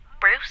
Bruce